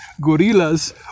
gorillas